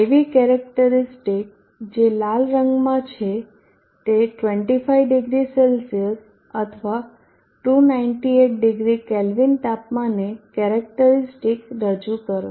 IV characteristic જે લાલ રંગમાં છે તે 250 C અથવા 2980 કેલ્વિન તાપમાને કેરેક્ટરીસ્ટિક રજૂ કરો